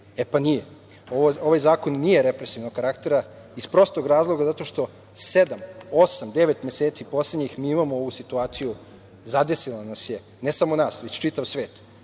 E, pa nije. Ovaj zakon nije represivnog karaktera iz prostog razloga zato što sedam, osam, devet meseci poslednjih mi imamo ovu situaciju, zadesila nas je, ne samo nas, već čitav svet,